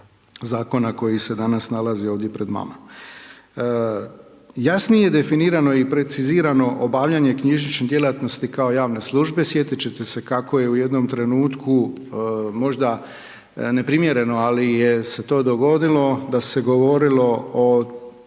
zakona koji se danas nalazi ovdje pred vama. Jasnije je definirano i precizirano obavljanje knjižnice djelatnosti kao javne službe, sjetiti ćete se kako je u jednom trenutku, možda neprimjereno, ali se je to dogodilo, da se je govorilo o